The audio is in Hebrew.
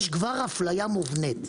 יש הפליה מובנית.